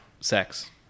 sex